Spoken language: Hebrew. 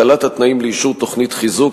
הקלת התנאים לאישור תוכנית חיזוק),